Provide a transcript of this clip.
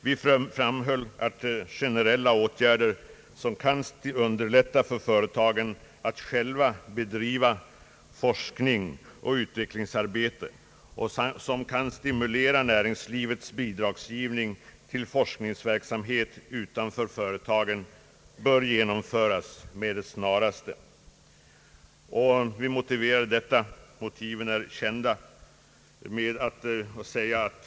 Vi framhöll att generella åtgärder, som kan underlätta för företagen att själva bedriva forskning och utvecklingsarbete och som kan stimulera näringslivets bidragsgivning till forskningsverksamhet utanför företagen, bör genomföras med det snaraste. Motiven är kända.